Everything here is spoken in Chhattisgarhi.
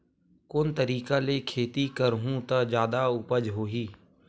कोन तरीका ले खेती करहु त जादा उपज होही?